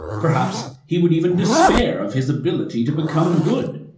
perhaps he would even despair of his ability to become good.